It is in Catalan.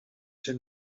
ser